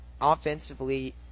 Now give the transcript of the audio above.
offensively